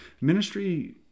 Ministry